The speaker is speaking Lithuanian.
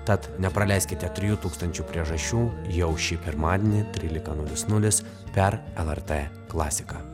tad nepraleiskite trijų tūkstančių priežasčių jau šį pirmadienį trylika nulis nulis per lrt klasiką